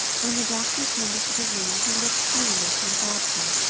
when the doctor came into the room he looked serious and thoughtful.